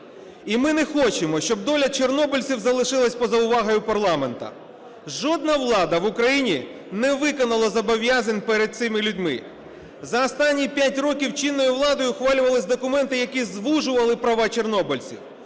І ми не хочемо, щоб доля чорнобильців залишилася поза увагою парламенту. Жодна влада в Україні не виконала зобов'язань перед цими людьми. За останні 5 років чинною владою ухвалювалися документи, які звужували права чорнобильців,